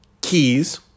keys